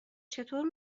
چطور